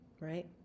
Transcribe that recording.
right